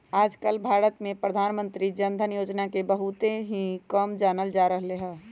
आजकल भारत में प्रधानमंत्री जन धन योजना के बहुत ही कम जानल जा रहले है